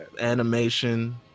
Animation